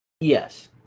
Yes